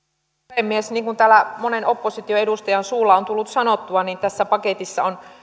puhemies niin kuin täällä monen oppositioedustajan suulla on tullut sanottua niin tässä paketissa on